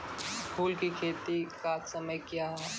फुल की खेती का समय क्या हैं?